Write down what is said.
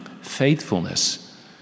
Faithfulness